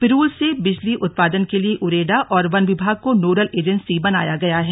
पिरूल से बिजली उत्पादन के लिए उरेडा और वन विभाग को नोडल एजेंसी बनाया गया है